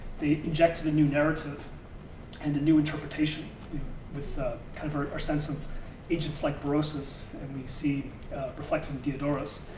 they injected a new narrative and a new interpretation with ah kind of our sense of agents like berossus and we see reflected in theodorus.